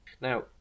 now